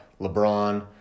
LeBron